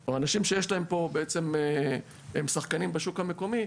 או אנשים שיש להם פה בעצם הם שחקנים בשוק המקומי,